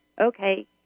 okay